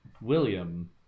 William